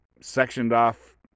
sectioned-off